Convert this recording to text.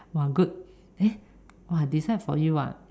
!woah! good eh !woah! decide for you ah